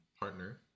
partner